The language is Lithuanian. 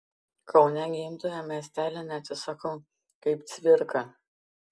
kaune gimtojo miestelio neatsisakau kaip cvirka